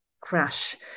crash